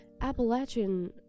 Appalachian